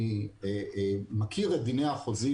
אני מכיר את דיני החוזה,